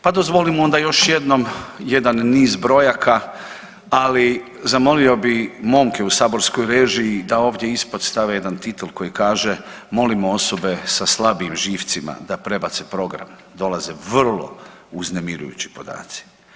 Pa dozvolimo onda još jednom jedan niz brojaka, ali zamolio bi momke u saborskoj režiji da ovdje ispod stave jedan titl koji kaže, molimo osobe sa slabim živcima da prebace program dokaze vrlo uznemirujući podaci.